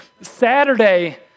Saturday